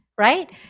right